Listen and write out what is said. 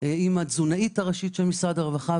עם התזונאית הראשית של משרד הרווחה.